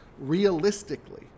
realistically